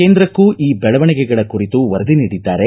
ಕೇಂದ್ರಕ್ಕೂ ಈ ಬೆಳವಣಿಗೆಗಳ ಕುರಿತು ವರದಿ ನೀಡಿದ್ದಾರೆ